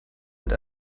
mit